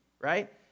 right